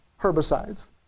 herbicides